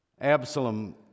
Absalom